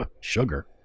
sugar